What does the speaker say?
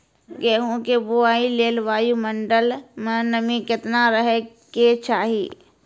गेहूँ के बुआई लेल वायु मंडल मे नमी केतना रहे के चाहि?